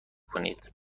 کنید